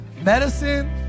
medicine